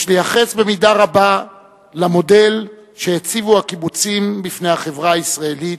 יש לייחס במידה רבה למודל שהציבו הקיבוצים בפני החברה הישראלית,